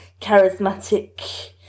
charismatic